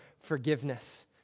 forgiveness